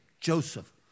Joseph